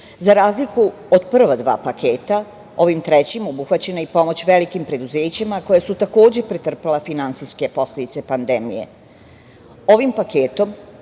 razliku od prva dva paketa, ovim trećim obuhvaćena je i pomoć velikim preduzećima koja su takođe pretrpela finansijske posledice pandemije. Ovim paketom